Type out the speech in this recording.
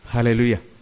Hallelujah